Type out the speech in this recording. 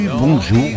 bonjour